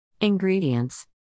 Ingredients